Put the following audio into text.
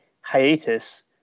hiatus